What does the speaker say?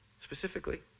specifically